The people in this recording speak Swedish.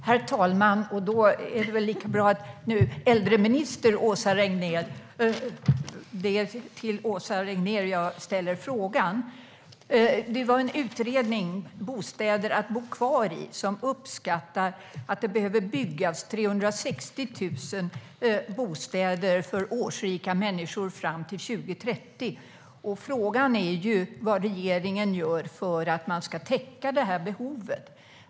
Herr talman! Jag vill ställa en fråga till äldreminister Åsa Regnér. I en utredning, Bostäder att bo kvar i , uppskattas att 360 000 bostäder behöver byggas för årsrika människor fram till 2030. Frågan är vad regeringen gör för att täcka detta behov.